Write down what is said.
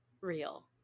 real